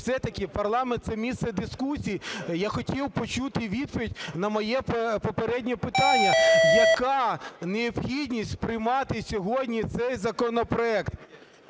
все-таки парламент – це місце дискусій, я хотів почути відповідь на моє попереднє питання. Яка необхідність приймати сьогодні цей законопроект?